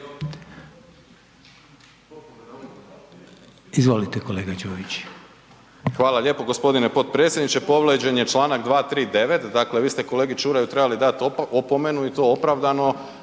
Izvolite kolega Bulj,